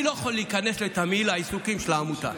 לתמהיל העיסוקים של העמותה.